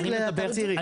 רק ללהט"ב צעירים.